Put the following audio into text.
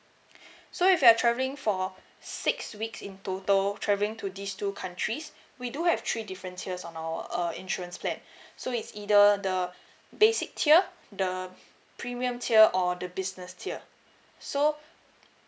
so if you are travelling for six weeks in total travelling to these two countries we do have three different tiers on our uh insurance plan so it's either the basic tier the premium tier or the business tier so